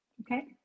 Okay